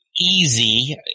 easy